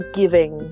giving